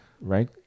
right